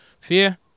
fear